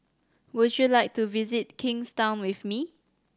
would you like to visit Kingstown with me